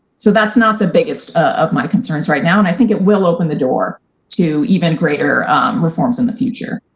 so, that's not the biggest biggest of my concerns right now and i think it will open the door to even greater reforms in the future.